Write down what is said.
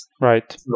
Right